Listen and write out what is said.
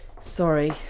Sorry